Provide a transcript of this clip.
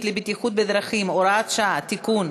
לבטיחות בדרכים (הוראת שעה) (תיקון),